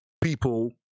people